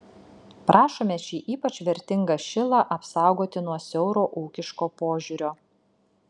prašome šį ypač vertingą šilą apsaugoti nuo siauro ūkiško požiūrio